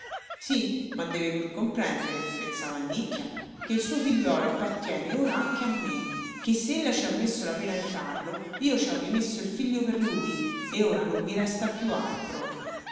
sì ma deve pur comprendere pensava annicchia che il suo figliuolo appartiene ora anche a me che se ella ci ha messo la pena di farlo io ci ho rimesso il figlio per lui e ora non mi resta più altro